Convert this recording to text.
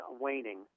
waning